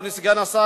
אדוני סגן השר,